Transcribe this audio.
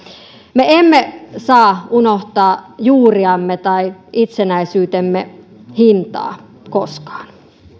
me emme saa unohtaa juuriamme tai itsenäisyytemme hintaa koskaan